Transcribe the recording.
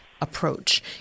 approach